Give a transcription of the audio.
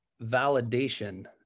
validation